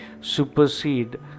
supersede